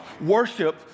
Worship